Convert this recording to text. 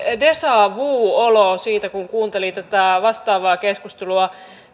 deja vu olo siitä kun kuuntelin tätä vastaavaa keskustelua